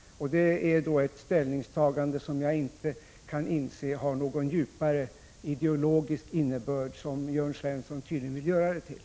Jag kan inte inse att det är ett ställningstagande med en sådan djupare ideologisk innebörd som Jörn Svensson vill göra det till.